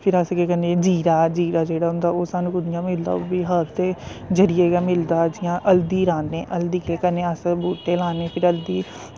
फिर अस केह् करने जीरा जीरा जेह्ड़ा होंदा ओह् सानूं कि'यां मिलदा ओह्बी हर्वस दे जरिये गै मिलदा जि'यां हल्दी राह्ने हल्दी केह् करने अस बूह्टे लान्ने फिर हल्दी